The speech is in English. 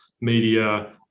media